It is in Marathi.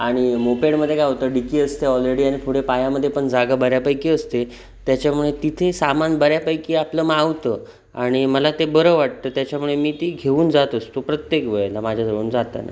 आणि मोपेडमध्ये काय होतं डिकी असते ऑलरेडी आणि पुढे पायामध्ये पण जागा बऱ्यापैकी असते त्याच्यामुळे तिथे सामान बऱ्यापैकी आपलं मावतं आणि मला ते बरं वाटतं त्याच्यामुळे मी ती घेऊन जात असतो प्रत्येक वेळेला माझ्याजवळून जाताना